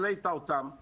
רן ארז, בבקשה.